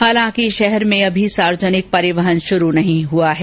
हालांकि शहर में अभी सार्वजनिक परिवहन शुरू नहीं हुआ है